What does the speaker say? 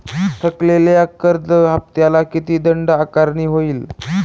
थकलेल्या कर्ज हफ्त्याला किती दंड आकारणी होईल?